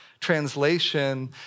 translation